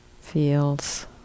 feels